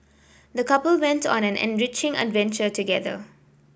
the couple went on an enriching adventure together